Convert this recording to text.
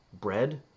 bread